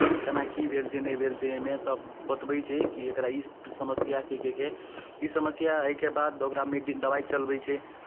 केना की भेल छै नहि भेल छै एहिमे तब बतबै छी कि एकरा ई समस्या छै कहि कऽ ई समस्या होयके बाद ओकरा दबाइ चलबै छै